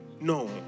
No